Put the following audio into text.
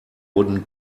wooden